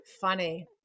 funny